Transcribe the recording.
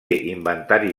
inventari